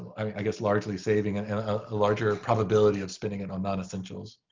i guess largely saving, and a larger probability of spinning it on non-essentials.